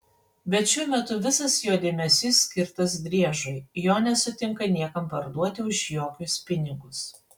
bet šiuo metu visas jo dėmesys skirtas driežui jo nesutinka niekam parduoti už jokius pinigus